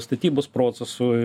statybos procesui